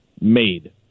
made